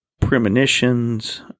premonitions